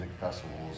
festivals